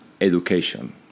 education